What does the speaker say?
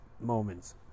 moments